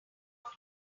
long